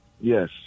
Yes